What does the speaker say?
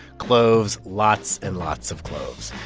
cloves, lots and lots of cloves.